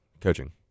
coaching